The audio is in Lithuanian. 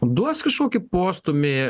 duos kažkokį postūmį